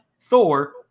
Thor